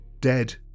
dead